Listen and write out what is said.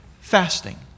fasting